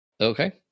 Okay